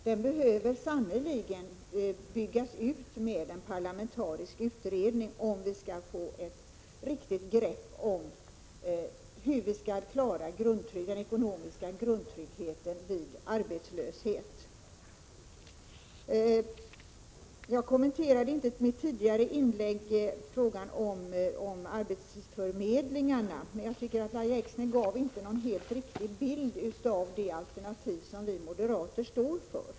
Den behöver sannerligen byggas ut med en parlamentarisk utredning om vi skall få ett riktigt grepp om hur vi skall klara den ekonomiska grundtryggheten vid arbetslöshet. I mitt tidigare inlägg kommenterade jag inte frågan om arbetsförmedlingarna, men jag tycker inte att Lahja Exner gav en helt riktig bild av det alternativ som vi moderater står för.